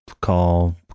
call